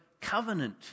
covenant